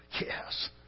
Yes